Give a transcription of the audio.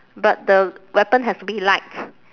but the weapon has to be light